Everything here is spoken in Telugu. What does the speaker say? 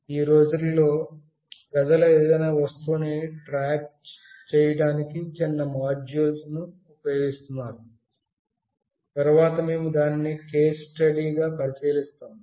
ఈ రోజుల్లో ప్రజలు ఏదైనా వస్తువును ట్రాక్ చేయడానికి చిన్న మాడ్యూళ్ళను ఉపయోగిస్తున్నారు తరువాత మేము దానిని కేస్ స్టడీగా పరిశీలిస్తాము